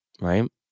Right